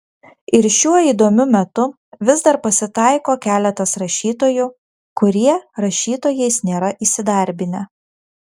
ir šiuo įdomiu metu vis dar pasitaiko keletas rašytojų kurie rašytojais nėra įsidarbinę